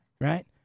Right